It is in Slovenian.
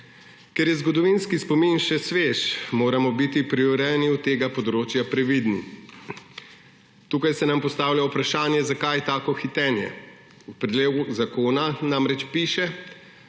Ker je zgodovinski spomin še svež, moramo biti pri urejanju tega področja previdni. Tukaj se nam postavlja vprašanje, zakaj tako hitenje. V predlogu zakona namreč piše,